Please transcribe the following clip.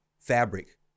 fabric